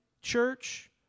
church